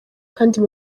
kdi